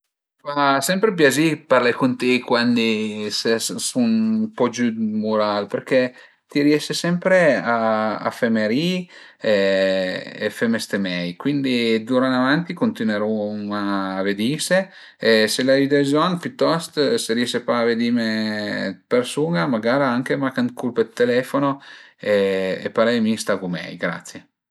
A m'fa sempre piazì parlé cun ti cuandi ses sun ën po giü d'mural perché ti riese sempre a a feme ri-i e feme ste mei, cuindi d'ura ën avanti cuntinueruma a vedise e se l'ai da bëzogn pitost se riese pa a vedime d'persun-a magara anche moch ën culp d'telefono e parei mi stagu mei, grazie